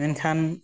ᱢᱮᱱᱠᱷᱟᱱ